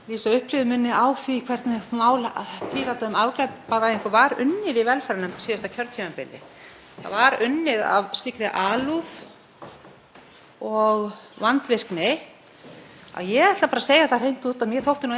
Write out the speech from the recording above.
og vandvirkni að, ég ætla bara að segja það hreint út, mér þótti nú eiginlega nóg um þann tíma sem fór í þetta mál, bæði í nefndinni og hér í þingsal. Þannig að hafi